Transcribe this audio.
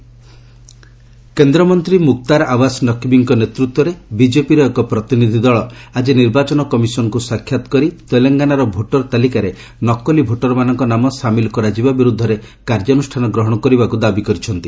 BJP Telangana କେନ୍ଦ୍ରମନ୍ତ୍ରୀ ମୁକ୍ତାର ଆବାସ୍ ନକ୍ଭିଙ୍କ ନେତୃତ୍ୱରେ ବିଜେପିର ଏକ ପ୍ରତିନିଧି ଦଳ ଆଜି ନିର୍ବାଚନ କମିଶନଙ୍କୁ ସାକ୍ଷାତ କରି ତେଲଙ୍ଗାନାର ଭୋଟର ତାଲିକାରେ ନକଲି ଭୋଟରମାନଙ୍କ ନାମ ସାମିଲ କରାଯିବା ବିରୁଦ୍ଧରେ କାର୍ଯ୍ୟାନୁଷାନ ଗ୍ରହଣ କରିବାକୁ ଦାବି କରିଛନ୍ତି